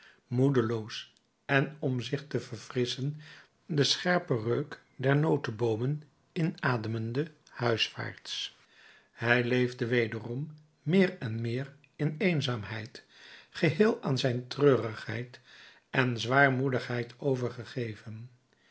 moedeloos en om zich te verfrisschen den scherpen reuk der noteboomen inademende huiswaarts hij leefde wederom meer en meer in eenzaamheid geheel aan zijn treurigheid en zwaarmoedigheid overgegeven